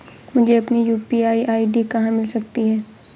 मुझे अपनी UPI ID कहां मिल सकती है?